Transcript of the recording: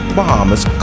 Bahamas